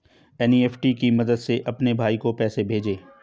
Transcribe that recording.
NEFT की मदद से अपने भाई को पैसे भेजें